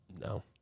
No